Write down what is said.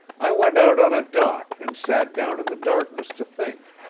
i went out on a dock and sat down in the darkness to think.